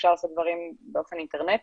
אפשר לעשות דברים באופן אינטרנטי.